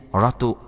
Ratu